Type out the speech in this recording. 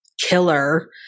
killer